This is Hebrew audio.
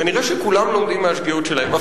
כנראה כולם לומדים מהשגיאות שלהם.